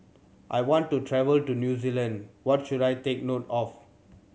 I want to travel to New Zealand What should I take note of